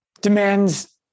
demands